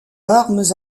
larmes